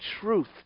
truth